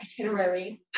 itinerary